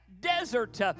desert